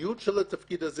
הייחודיות של התפקיד הזה